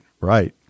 right